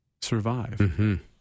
survive